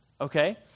Okay